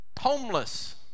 Homeless